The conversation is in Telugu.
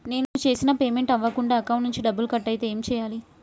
నేను చేసిన పేమెంట్ అవ్వకుండా అకౌంట్ నుంచి డబ్బులు కట్ అయితే ఏం చేయాలి?